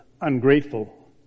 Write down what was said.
ungrateful